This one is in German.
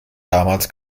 damals